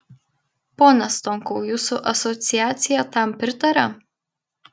pone stonkau jūsų asociacija tam pritaria